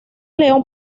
león